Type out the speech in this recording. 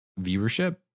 viewership